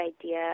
idea